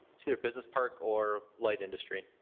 it's either business park or light industry.